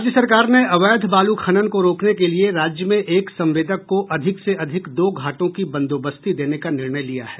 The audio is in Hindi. राज्य सरकार ने अवैध बालू खनन को रोकने के लिए राज्य में एक संवेदक को अधिक से अधिक दो घाटों की बंदोबस्ती देने का निर्णय लिया है